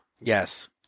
Yes